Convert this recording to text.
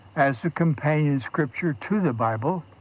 as a companion scripture to the bible,